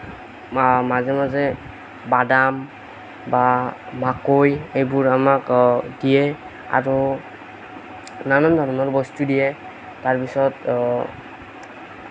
মাজে মাজে বাদাম বা মাকৈ এইবোৰ আমাক দিয়ে আৰু নানান ধৰণৰ বস্তু দিয়ে তাৰপিছত